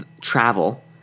travel